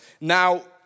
Now